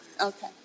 Okay